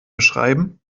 beschreiben